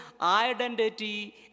identity